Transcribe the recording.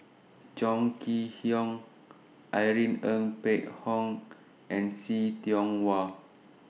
Chong Kee Hiong Irene Ng Phek Hoong and See Tiong Wah